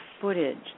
footage